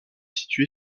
situé